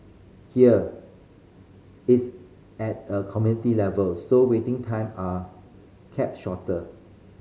here it's at a community level so waiting time are kept shorter